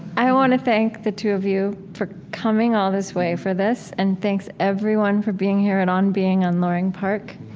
i want to thank the two of you for coming all this way for this, and thanks everyone for being here at on being on loring park.